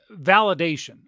validation